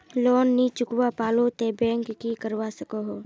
Loan नी चुकवा पालो ते बैंक की करवा सकोहो?